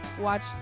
watch